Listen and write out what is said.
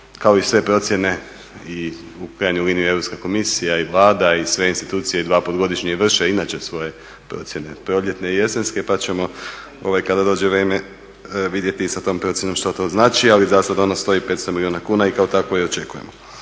kao i sve procjene i u krajnjoj liniji i Europska komisija i Vlada i sve institucije dvaput godišnje vrše inače svoje procjene proljetne i jesenske, pa ćemo kada dođe vrijeme vidjeti i sa tom procjenom što to znači. Ali za sad ona stoji 500 milijuna kuna i kao takvu je očekujemo.